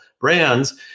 brands